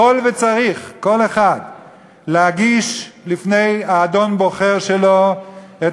יכול וצריך כל אחד להגיש לפני האדון-בוחר שלו את